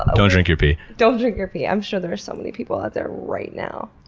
don't drink your pee. don't drink your pee. i'm sure there are so many people out there right now,